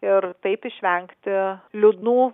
ir taip išvengti liūdnų